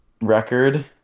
record